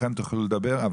כולכם תוכלו לדבר.